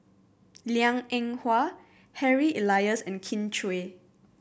Liang Eng Hwa Harry Elias and Kin Chui